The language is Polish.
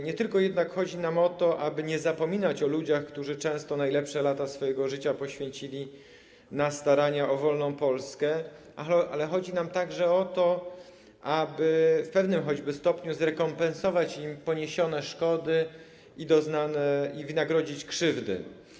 Nie tylko jednak chodzi nam o to, aby nie zapominać o ludziach, którzy często najlepsze lata swojego życia poświęcili na starania o wolną Polskę, ale także chodzi nam o to, aby w pewnym choćby stopniu zrekompensować im poniesione szkody i wynagrodzić krzywdy.